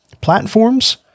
platforms